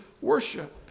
worship